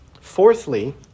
fourthly